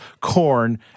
corn